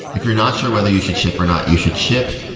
if you're not sure whether you should ship or not, you should ship,